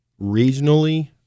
regionally